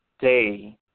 day